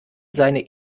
seine